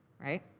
right